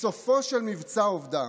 בסופו של מבצע עובדה,